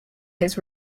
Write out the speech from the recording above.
his